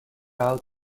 out